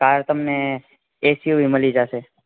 હઁ તમને S U V મળી જાશે